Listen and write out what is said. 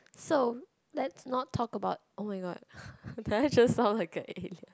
so let's not talk about oh-my-god did I just sound like a alien